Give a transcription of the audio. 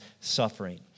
suffering